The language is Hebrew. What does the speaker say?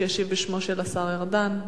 וישיב במקום השר ארדן,